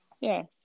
Yes